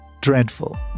dreadful